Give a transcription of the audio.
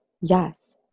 Yes